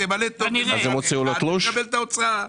שימלא טופס ויקבל את ההוצאה.